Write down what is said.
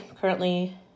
currently